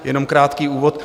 Jenom krátký úvod.